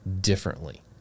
differently